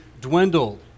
dwindled